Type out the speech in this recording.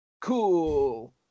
cool